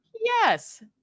Yes